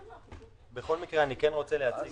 בכל מקרה אני רוצה להציג